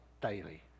daily